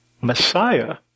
Messiah